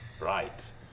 Right